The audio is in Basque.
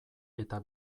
eta